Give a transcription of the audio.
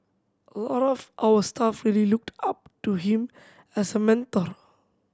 a lot of our staff really looked up to him as a mentor